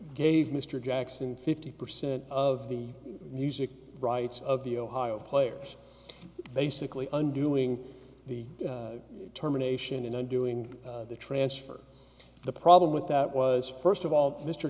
gave mr jackson fifty percent of the music rights of the ohio players basically undoing the terminations in undoing the transfer the problem with that was first of all mr